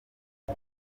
com